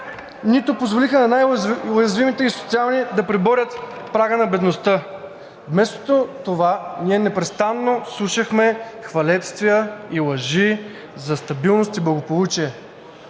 нито позволиха на социално най-уязвимите да преборят прага на бедността. Вместо това ние непрестанно слушахме хвалебствия и лъжи за стабилност и благополучие.